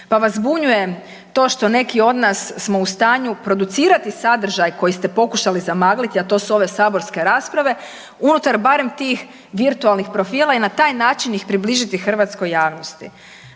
Pa vas zbunjuje to što neki od nas smo u stanju producirati sadržaj koji ste pokušali zamagliti, a to su ove saborske rasprave unutar barem tih virtualnih profila i na taj način ih približiti hrvatskoj javnosti.